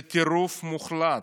זה טירוף מוחלט.